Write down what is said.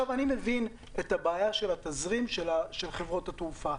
אני מבין את הבעיה של התזרים של חברות התעופה,